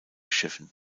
schiffen